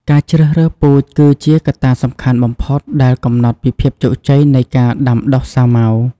ការជ្រើសរើសពូជគឺជាកត្តាសំខាន់បំផុតដែលកំណត់ពីភាពជោគជ័យនៃការដាំដុះសាវម៉ាវ។